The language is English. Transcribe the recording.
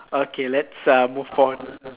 okay let's uh move on